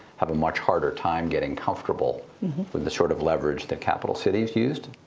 have a much harder time getting comfortable with the sort of leverage that capital cities used,